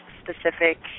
specific